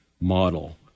model